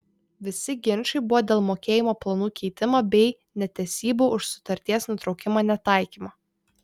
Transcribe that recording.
visi ginčai buvo dėl mokėjimo planų keitimo bei netesybų už sutarties nutraukimą netaikymo